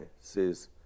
says